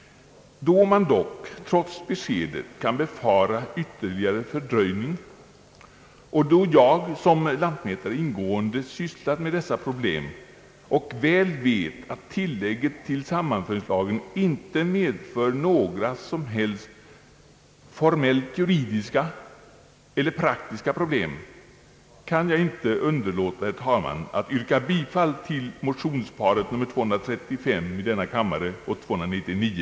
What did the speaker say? Då man dock, trots beskedet, kan befara ytterligare fördröjning och då jag som lantmätare ingående sysslat med dessa problem och väl vet att tillägget till sammanföringslagen inte medför några som helst formellt juridiska eller praktiska problem, kan jag inte underlåta, herr talman, att yrka bifall till motionsparet I: 235 och II: 299.